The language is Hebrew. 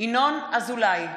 ינון אזולאי,